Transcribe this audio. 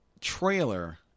trailer